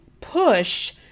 push